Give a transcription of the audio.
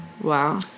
Wow